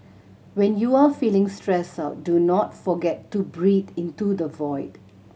when you are feeling stressed out do not forget to breathe into the void